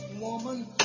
woman